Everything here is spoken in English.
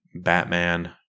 Batman